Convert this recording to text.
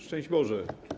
Szczęść Boże!